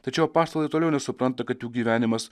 tačiau apaštalai toliau nesupranta kad jų gyvenimas